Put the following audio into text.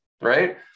right